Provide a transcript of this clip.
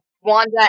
Wanda